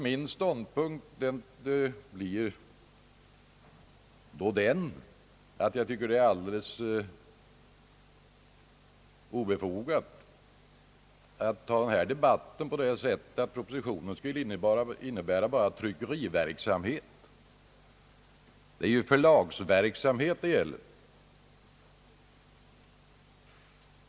Min ståndpunkt blir då givetvis den att jag tycker att det är obefogat att söka påstå att propositionen bara skulle gälla tryckeriverksamhet. Det är ju förlagsverksamhet det gäller.